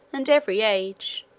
and every age,